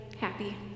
happy